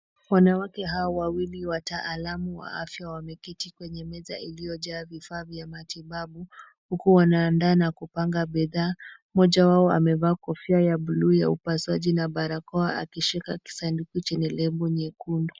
Wanawake hawa wawili wataalamu wa afya wameketi kwenye meza iliyojaa vifaa vya matibabu, huku wanaandaa na kupanga bidhaa. Mmoja wao amevaa kofia ya bluu ya upasuaji na barakoa akishika kisanduku chenye lebo nyekundu.